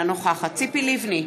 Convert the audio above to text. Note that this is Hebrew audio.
אינה נוכחת ציפי לבני,